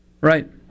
Right